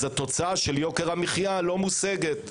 אז התוצאה של יוקר המחיה לא מושגת.